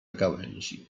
gałęzi